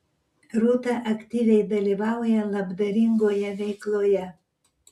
rūta aktyviai dalyvauja labdaringoje veikloje